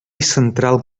central